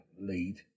lead